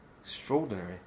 Extraordinary